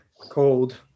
Cold